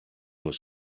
was